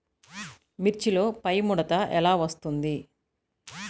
మిర్చిలో పైముడత ఎలా వస్తుంది?